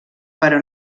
però